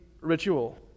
ritual